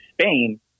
Spain